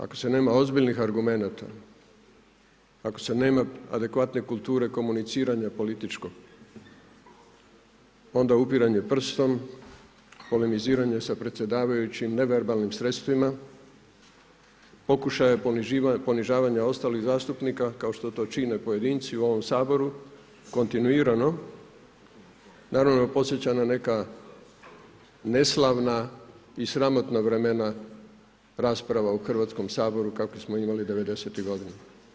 Ako se nema ozbiljnih argumenata, ako se nema adekvatne kulture komuniciranja političkog onda upiranje prstom, polemiziranje sa predsjedavajućim, neverbalnim sredstvima, pokušaj ponižavanja ostalih zastupnika kao što to čine pojedinci u ovom Saboru kontinuirano, naravno podsjeća na neka neslavna i sramotna vremena rasprava u Hrvatskom saboru kakve smo imali devedesetih godina.